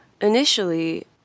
initially